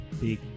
big